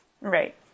Right